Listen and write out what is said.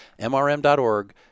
mrm.org